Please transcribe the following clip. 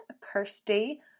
Kirsty